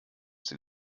den